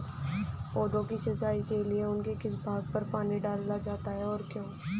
पौधों की सिंचाई के लिए उनके किस भाग पर पानी डाला जाता है और क्यों?